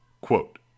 Quote